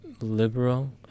liberal